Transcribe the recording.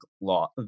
law